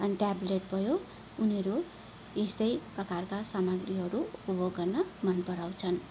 अनि ट्याबलेट भयो उनीहरू यस्तै प्रकारका सामग्रीहरू उपभोग गर्न मन पराउँछन्